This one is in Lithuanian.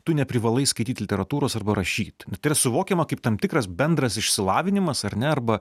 tu neprivalai skaityt literatūros arba rašyt yra suvokiama kaip tam tikras bendras išsilavinimas ar ne arba